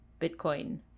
Bitcoin